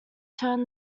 turned